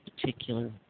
particular